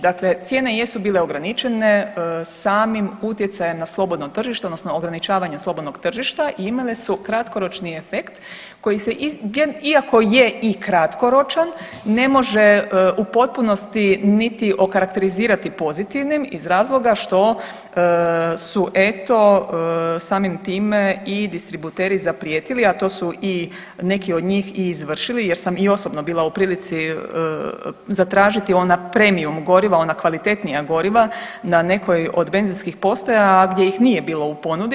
Dakle, cijene jesu bile ograničene samim utjecajem na slobodno tržište, odnosno ograničavanje slobodnog tržišta i imale su kratkoročni efekt koji iako je i kratkoročan ne može u potpunosti niti okarakterizirati pozitivnim iz razloga što su eto samim time i distributeri zaprijetili, a to su i neki od njih i izvršili jer sam i osobno bila u prilici zatražiti ona premium goriva, ona kvalitetnija goriva na nekoj od benzinskih postaja, a gdje ih nije bilo u ponudi.